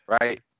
right